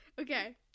Okay